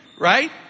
Right